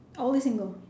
only single